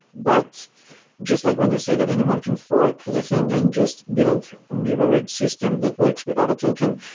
but just like when you say that anyone can fork the thing and just build a mirror-read system that works without a token,